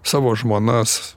savo žmonas